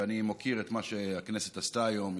אני מוקיר את מה שהכנסת עשתה היום,